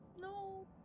No